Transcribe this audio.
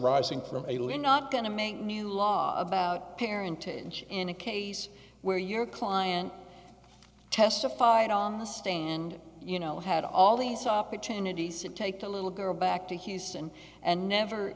ising from alien not going to make new law about parentage in a case where your client testified on the stand you know had all these opportunities to take the little girl back to houston and never